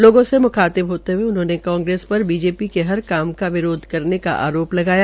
लोगों से मुखातिब होते हुये उन्होंने कांग्रेस पर बीजेपी के हर काम का विरोध करने का आरोप लगाया